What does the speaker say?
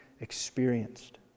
experienced